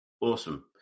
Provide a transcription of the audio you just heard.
Awesome